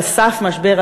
על סף משבר,